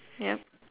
ya